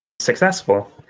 successful